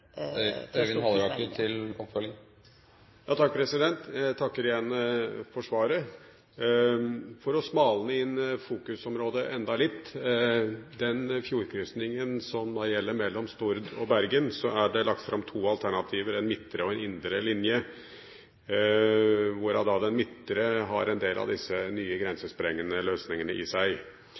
Jeg takker igjen for svaret. For å smalne inn fokusområdet enda litt: For den fjordkrysningen som gjelder mellom Stord og Bergen, er det lagt fram to alternativer, en midtre og en indre linje, hvor den midtre har en del av disse nye grensesprengende løsningene i seg.